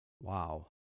Wow